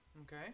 Okay